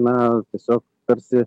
na tiesiog tarsi